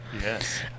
Yes